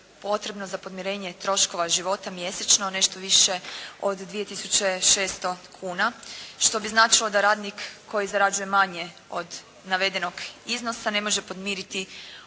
za podmirenje troškova života mjesečno nešto više od 2 tisuće 600 kuna, što bi značilo da radnik koji zarađuje manje od navedenog iznosa ne može podmiriti